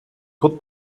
put